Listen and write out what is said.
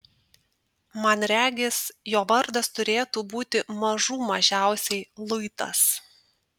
man regis jo vardas turėtų būti mažų mažiausiai luitas